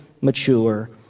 mature